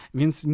więc